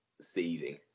seething